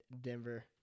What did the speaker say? Denver